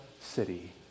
city